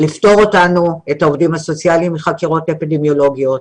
לפטור את העובדים הסוציאליים מחקירות אפידמיולוגיות.